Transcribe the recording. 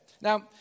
Now